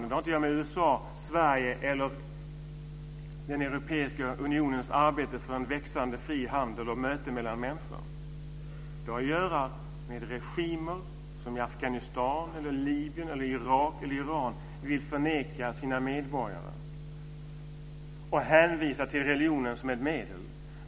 Det har inte att göra med USA:s, Sveriges eller den europeiska unionens arbete för en växande fri handel och för möten mellan människor. Det har att göra med sådant som t.ex. regimer i Afghanistan, Libyen, Irak eller Iran med religionen som ett medel vill förvägra sina medborgare.